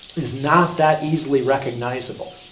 is not that easily recognizable.